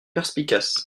perspicace